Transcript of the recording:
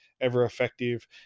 ever-effective